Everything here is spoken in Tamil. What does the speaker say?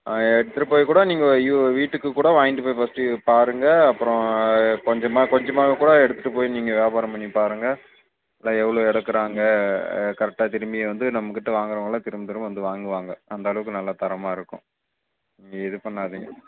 ஆ எடுத்துகிட்டுப் போய் கூட நீங்கள் யூ வீட்டுக்கு கூட வாங்கிட்டு போய் ஃபஸ்ட்டு இது பாருங்கள் அப்புறோம் அது கொஞ்சமாக கொஞ்சமாக கூட எடுத்துகிட்டுப் போய் நீங்கள் வியாபாரம் பண்ணிப் பாருங்கள் எல்லா எவ்வளோ எடுக்கிறாங்க கரெக்டாக திரும்பி வந்து நம்மக்கிட்ட வாங்குறவுங்கள்லாம் திரும்ப திரும்ப வந்து வாங்குவாங்க அந்தளவுக்கு நல்ல தரமாக இருக்கும் நீங்கள் இது பண்ணாதீங்க